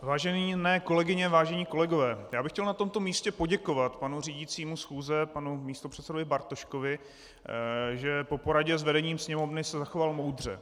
Vážené kolegyně, vážení kolegové, já bych chtěl na tomto místě poděkovat panu řídícímu schůze, panu místopředsedovi Bartoškovi, že po poradě s vedením Sněmovny se zachoval moudře.